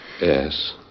Yes